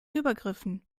übergriffen